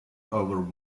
over